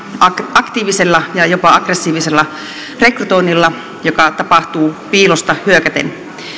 aktiivisella ja jopa aggressiivisella rekrytoinnilla joka tapahtuu piilosta hyökäten